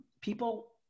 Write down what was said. people